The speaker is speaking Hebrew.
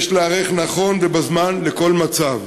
יש להיערך נכון ובזמן לכל מצב.